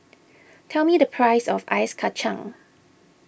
tell me the price of Ice Kacang